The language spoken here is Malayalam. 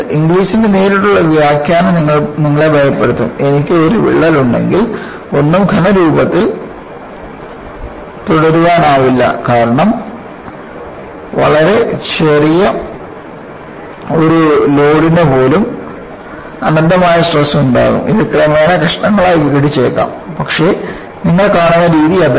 ഇംഗ്ലിസിന്റെ നേരിട്ടുള്ള വ്യാഖ്യാനം നിങ്ങളെ ഭയപ്പെടുത്തും എനിക്ക് ഒരു വിള്ളൽ ഉണ്ടെങ്കിൽ ഒന്നും ഘനരൂപത്തിൽ തുടരാനാവില്ല കാരണം വളരെ ചെറിയ ഒരു ലോഡിന് പോലും നിങ്ങൾക്ക് അനന്തമായ സ്ട്രെസ് ഉണ്ടാകും ഇത് ക്രമേണ കഷണങ്ങളായി വിഘടിച്ചേക്കാം പക്ഷേ നിങ്ങൾ കാണുന്ന രീതി അതല്ല